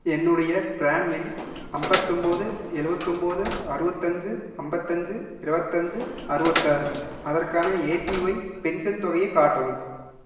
என்னுடைய ப்ரான் எண் ஐம்பத்தொம்பது எழுவத்தொம்பது அறுபத்தஞ்சு ஐம்பத்தஞ்சு இருபத்தஞ்சு அறுபத்தாறு அதற்கான ஏபிஒய் பென்சன் தொகையைக் காட்டவும்